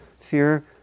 Fear